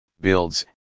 builds